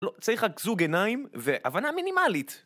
לא, צריך רק זוג עיניים והבנה מינימלית